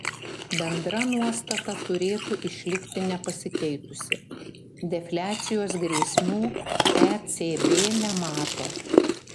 bendra nuostata turėtų išlikti nepasikeitusi defliacijos grėsmių ecb nemato